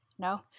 No